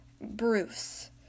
Bruce